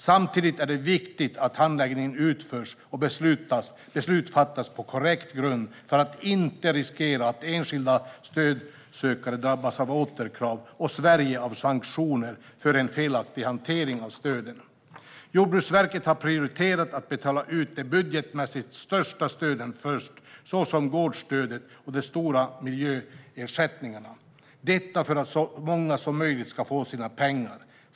Samtidigt är det viktigt att handläggningen utförs och beslut fattas på korrekt grund för att inte riskera att enskilda stödsökare drabbas av återkrav och Sverige av sanktioner för en felaktig hantering av stöden. Jordbruksverket har prioriterat att betala ut de budgetmässigt största stöden först, såsom gårdsstödet och de stora miljöersättningarna, detta för att så många som möjligt ska få sina pengar.